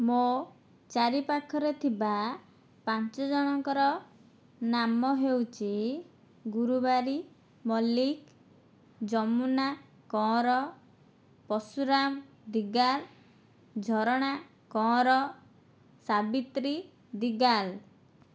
ମୋ' ଚାରି ପାଖରେ ଥିବା ପାଞ୍ଚଜଣଙ୍କର ନାମ ହେଉଛି ଗୁରୁବାରୀ ମଲ୍ଲିକ ଯମୁନା କହଁର ପର୍ଶୁରାମ ଦିଗାଲ ଝରଣା କହଁର ସାବିତ୍ରୀ ଦିଗାଲ